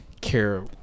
care